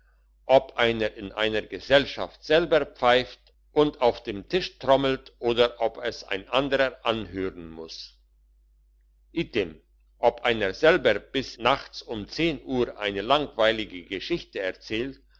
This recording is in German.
ob einer in einer gesellschaft selber pfeift und auf dem tisch trommelt oder ob es ein anderer anhören muß item ob einer selber bis nachts um zehn uhr eine langweilige geschichte erzählt